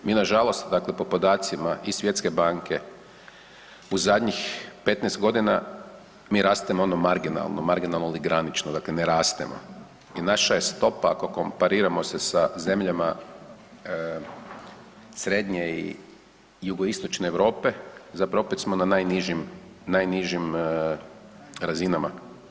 Mi nažalost dakle po podacima i Svjetske banke u zadnjih 15 godina, mi rastemo ono marginalno, marginalno ili granično, dakle ne rastemo i naša je stopa koliko pariramo se sa zemljama srednje i jugoistočne Europe zapravo opet smo na najnižim, najnižim razinama.